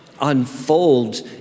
unfolds